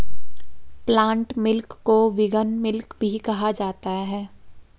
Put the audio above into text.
plant milk को vegan milk भी कहा जाता है